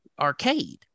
arcade